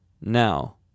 Now